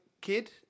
kid